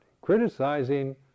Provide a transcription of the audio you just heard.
criticizing